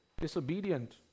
disobedient